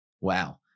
wow